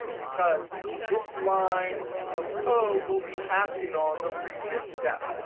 because this line of code will be acting on the previous step.